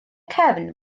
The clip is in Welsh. cefn